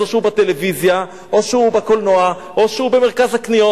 אז או שהוא בטלוויזיה או שהוא בקולנוע או שהוא במרכז הקניות,